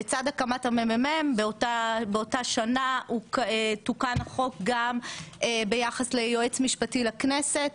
לצד הקמת המ.מ.מ באותה שנה תוקן החוק גם ביחס ליועץ משפטי לכנסת,